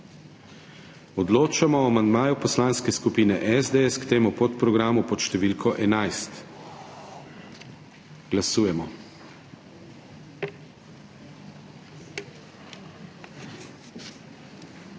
Odločamo o amandmaju Poslanske skupine SDS k temu podprogramu pod številko 1. Glasujemo.